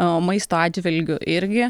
o maisto atžvilgiu irgi